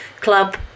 Club